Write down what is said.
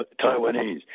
Taiwanese